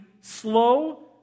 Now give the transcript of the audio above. slow